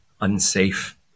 unsafe